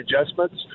adjustments